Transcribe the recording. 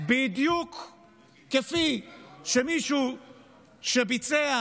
כפי שמישהו שביצע